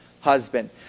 husband